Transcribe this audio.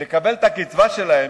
לקבל את הקצבה שלהם,